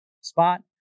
spot